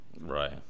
Right